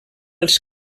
els